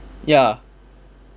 ya